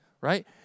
right